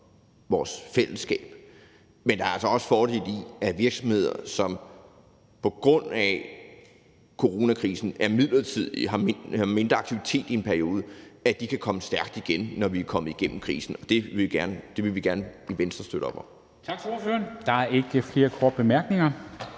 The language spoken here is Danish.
vores fællesskab. Men der er altså også fordele ved, at virksomheder, som på grund af coronakrisen har mindre aktivitet i en periode, kan komme stærkt igen, når vi er kommet igennem krisen. Det vil vi gerne i Venstre støtte op om.